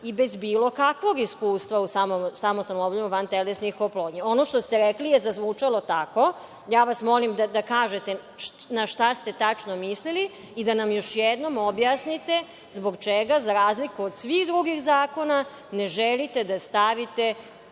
i bez bilo kakvog iskustva u samostalnom obavljanju vantelesne oplodnje. Ono što ste rekli je zazvučalo tako i ja vas molim da kažete na šta ste tačno mislili i da nam još jednom objasnite zbog čega za razliku od svih drugih zakona ne želite da stavite